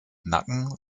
nacken